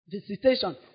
Visitation